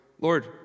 Lord